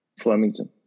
Flemington